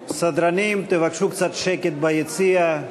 סדרנים, תבקשו קצת שקט ביציע.